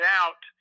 out